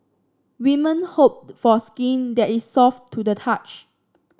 women hope for skin that is soft to the touch